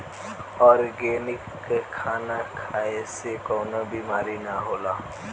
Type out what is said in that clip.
organic खाना खाए से कवनो बीमारी ना होला